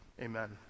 Amen